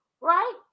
right